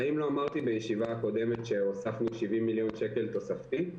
האם לא אמרתי בישיבה הקודמת שהוספנו 70 מיליון שקל תוספתי?